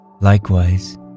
Likewise